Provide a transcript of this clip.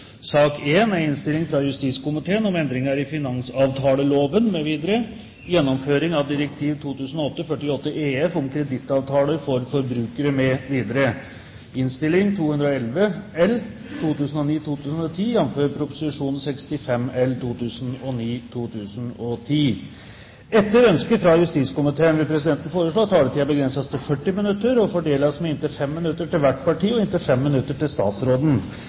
sak nr. 1. Etter ønske fra justiskomiteen vil presidenten foreslå at taletiden begrenses til 40 minutter og fordeles med inntil 5 minutter til hvert parti og inntil 5 minutter til statsråden.